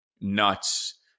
nuts